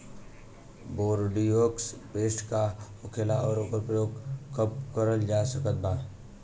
Bordeaux paste का होखेला और ओकर प्रयोग कब करल जा सकत बा?